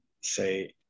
say